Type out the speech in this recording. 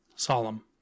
solemn